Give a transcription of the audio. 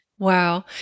Wow